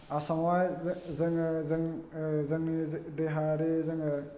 आसामावहाय जों जोङो जोङो जोंनि देहायारि जोङो